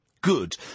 Good